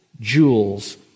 jewels